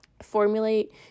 Formulate